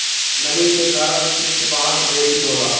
नमी के कारण चिपचिपाहट बेसी होला